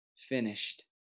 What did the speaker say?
finished